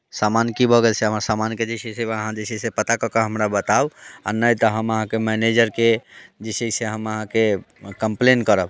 सामान की भऽ गेल से हमरा सामानके लिस्ट जे छै से अहाँ पता कऽ के बताउ आओर नहि तऽ हम अहाँके मैनेजरकेँ जे छै से हम अहाँकेँ कम्प्लेन करब